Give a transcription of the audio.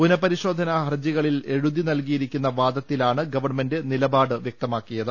പുനപരിശോധനാ ഹർജികളിൽ എഴുതിനൽകി യിരിക്കുന്ന വാദത്തിലാണ് ഗവൺമെന്റ് നിലപാട് വ്യക്തമാക്കി യത്